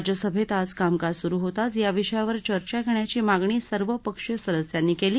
राज्यसभर्त आज कामकाज सुरु होताच याविषयावर चर्चा घघ्खाची मागणी सर्व पक्षीय सदस्यांनी क्ली